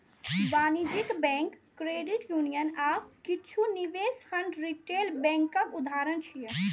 वाणिज्यिक bank, credit union आ किछु निवेश फंड रिटेल बैंकक उदाहरण छियै